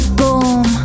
boom